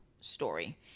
story